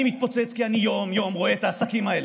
אני מתפוצץ כי אני יום-יום רואה את העסקים האלה,